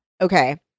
Okay